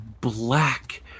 black